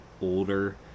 older